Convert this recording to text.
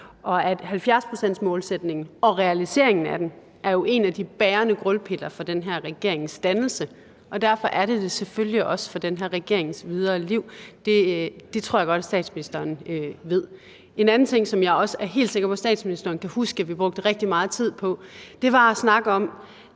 70-procentsmålsætningen og realiseringen af den er jo en af de bærende grundpiller for den her regerings dannelse, og derfor er den det selvfølgelig også den for den her regerings videre liv. Det tror jeg godt statsministeren ved. En anden ting, som jeg også er helt sikker på at statsministeren kan huske vi brugte rigtig meget tid på, var at snakke om,